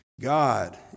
God